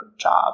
job